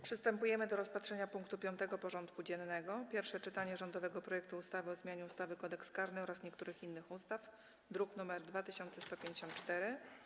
Przystępujemy do rozpatrzenia punktu 5. porządku dziennego: Pierwsze czytanie rządowego projektu ustawy o zmianie ustawy Kodeks karny oraz niektórych innych ustaw (druk nr 2154)